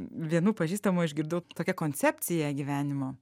vienų pažįstamų išgirdau tokią koncepciją gyvenimo